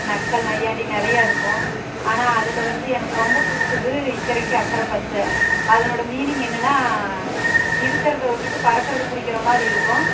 நக்கல் நையாண்டி நிறையா இருக்கும் ஆனால் அதில் வந்து எனக்கு ரொம்ப பிடிச்சது இக்கரைக்கு அக்கரை பச்சை அதனோடய மீனிங் என்னென்னா இருக்கிறத விட்டுட்டு பறக்கறதை பிடிக்கிற மாதிரி இருக்கும்